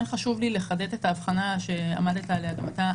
כן חשוב לי לחדד את ההבחנה שעמדת עליה גם אתה.